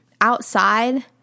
Outside